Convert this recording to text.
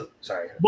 Sorry